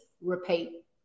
repeat